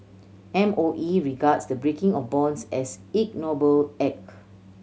M O E regards the breaking of bonds as ignoble act